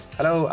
Hello